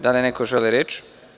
Da li neko želi reč?